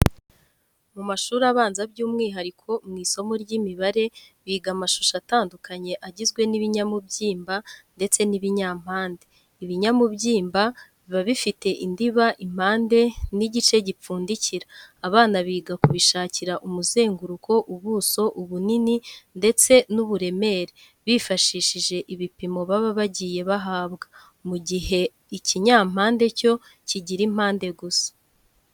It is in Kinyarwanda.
Mu mashuri abanza by'umwihariko mu isomo ry'imibare biga amashusho atandukanye agizwe n'ibinyamubyimba ndetse n'ibinyampande. Ibinyamubyimba kiba gifite indiba, impande n'igice gipfundikira abana biga kubishakira umuzenguruko, ubuso, ubunini ndetse n'uburemere bifashishije ibipimo baba bagiye bahabwa, mu gihe ikimpande cyo kigira impande gusa.